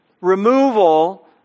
removal